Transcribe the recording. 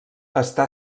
està